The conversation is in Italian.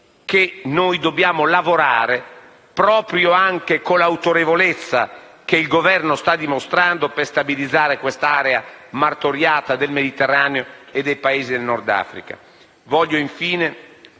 che noi dobbiamo lavorare, proprio con l'autorevolezza che il Governo sta dimostrando, per stabilizzare questa area martoriata del Mediterraneo e del Nord Africa.